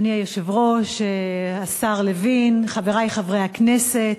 אדוני היושב-ראש, השר לוין, חברי חברי הכנסת,